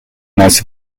nas